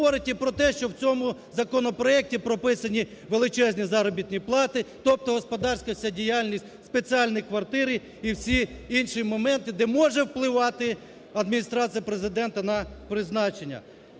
говорить і про те, що в цьому законопроекті прописані величезні заробітні плати, тобто господарська вся діяльність, спеціальні квартири і всі інші моменти, де може впливати Адміністрація Президента на призначення.